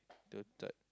twenty third